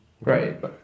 right